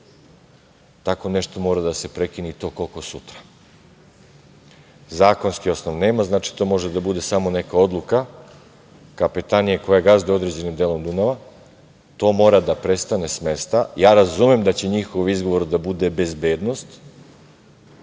Tako nešto mora da se prekine i to koliko sutra. Zakonski osnov nema, znači to može da bude samo neka odluka Kapetanije koja gazduje određenim delom Dunava. To mora da prestane smesta. Razumem ja da će njihov izgovor da bude bezbednost,